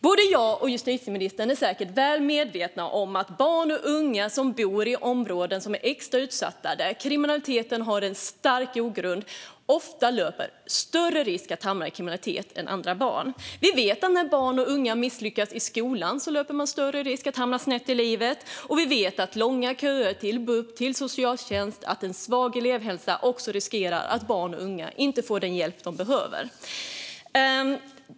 Både jag och justitieministern är säkert väl medvetna om att barn och unga som bor i områden som är extra utsatta och där kriminaliteten har en stark grogrund ofta löper större risk att hamna i kriminalitet än andra barn. Vi vet att när barn och unga misslyckas i skolan löper de större risk att hamna snett i livet, och vi vet att långa köer till bup och socialtjänst liksom en svag elevhälsa också ökar risken för att barn och unga inte får den hjälp de behöver.